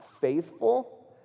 faithful